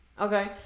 Okay